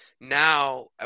now